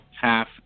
half